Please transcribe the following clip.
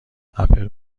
اپل